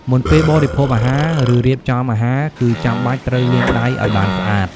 មុនពេលបរិភោគអាហារ ឬរៀបចំអាហារ គឺចាំបាច់ត្រូវលាងដៃឱ្យបានស្អាត។